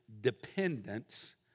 dependence